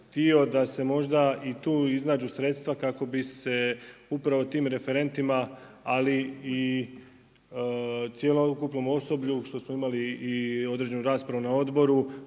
da se možda i tu iznađu sredstva kako bi se upravo tim referentima, ali i cjelokupnom osoblju što smo imali i određenu raspravu na odboru